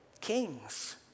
kings